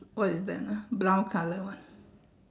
what is that ah brown colour [one]